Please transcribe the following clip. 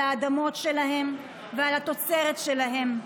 על האדמות שלהם ועל התוצרת שלהם,